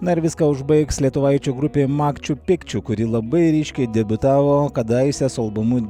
na viską užbaigs lietuvaičių grupė makčiu pikčiu kuri labai ryškiai debiutavo kadaise su albumu